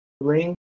ring